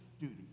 duty